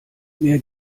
mir